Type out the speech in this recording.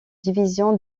division